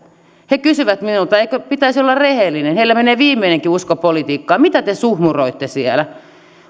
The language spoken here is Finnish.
he kysyvät minulta eikö pitäisi olla rehellinen heillä menee viimeinenkin usko politiikkaan mitä te suhmuroitte siellä